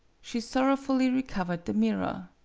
she sorrowfully recovered the mirror.